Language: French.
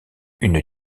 une